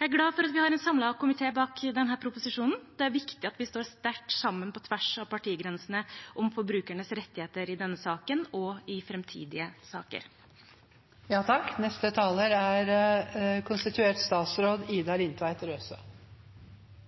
Jeg er glad for at vi har en samlet komité bak denne innstillingen. Det er viktig at vi står sterkt sammen på tvers av partigrensene om forbrukernes rettigheter i denne saken og i